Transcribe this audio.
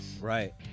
Right